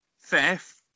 theft